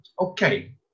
Okay